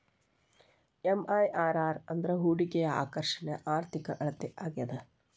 MIRR ಅಂದ್ರ ಹೂಡಿಕೆಯ ಆಕರ್ಷಣೆಯ ಆರ್ಥಿಕ ಅಳತೆ ಆಗ್ಯಾದ